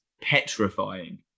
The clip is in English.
petrifying